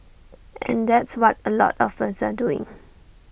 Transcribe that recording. and that's what A lot us are doing